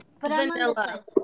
Vanilla